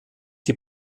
die